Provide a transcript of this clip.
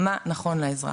מה נכון לאזרח,